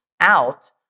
out